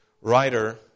writer